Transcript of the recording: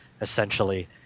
essentially